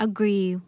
Agree